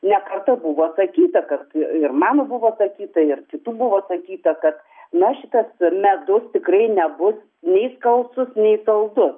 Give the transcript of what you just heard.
ne kartą buvo sakyta kad ir mano buvo sakyta ir kitų buvo sakyta kad na šitas medus tikrai nebus nei skalsus nei saldus